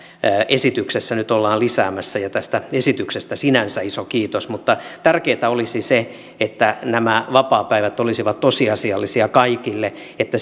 esityksessä nyt ollaan lisäämässä tästä esityksestä sinänsä iso kiitos mutta tärkeintä olisi se että nämä vapaapäivät olisivat tosiasiallisia kaikille niin että